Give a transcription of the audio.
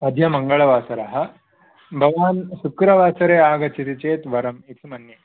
अद्य मङ्गलवासर भवान् शुक्रवासरे आगच्छति चेत् वरं इति मन्ये